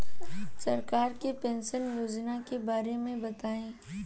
सरकार के पेंशन योजना के बारे में बताईं?